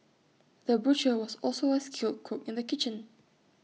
the butcher was also A skilled cook in the kitchen